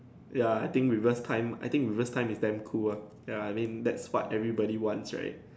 ya I think reverse time I think reverse time is damn cool lah ya I mean that's what everybody wants right